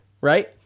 right